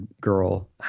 girl